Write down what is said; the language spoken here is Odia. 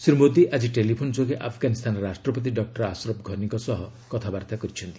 ଶ୍ରୀ ମୋଦୀ ଆଜି ଟେଲିଫୋନ୍ ଯୋଗେ ଆଫ୍ଗାନିସ୍ତାନ ରାଷ୍ଟ୍ରପତି ଡକ୍ଟର ଆଶ୍ରଫ୍ ଘନିଙ୍କ ସହ କଥାବାର୍ତ୍ତା କରିଛନ୍ତି